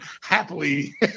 happily